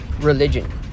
religion